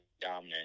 dominant